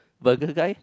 burger guy